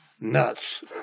nuts